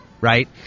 right